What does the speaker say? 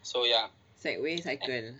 segway cycle